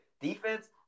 defense